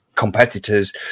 competitors